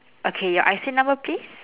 okay your I_C number please